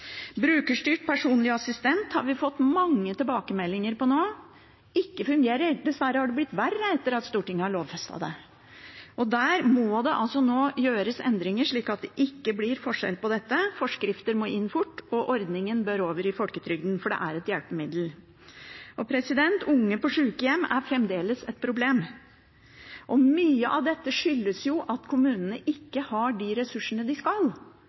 Brukerstyrt personlig assistent har vi fått mange tilbakemeldinger på at ikke fungerer. Dessverre har det blitt verre etter at Stortinget lovfestet det. Her må det nå gjøres endringer slik at det ikke blir forskjell på dette. Forskrifter må inn raskt, og ordningen bør over i folketrygden, for det er et hjelpemiddel. Unge på sykehjem er fremdeles et problem. Mye av dette skyldes jo at kommunene ikke har de ressursene de skal